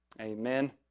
Amen